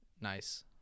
nice